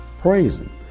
praising